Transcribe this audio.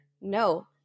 no